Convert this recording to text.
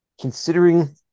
considering